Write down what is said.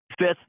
Fifth